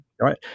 right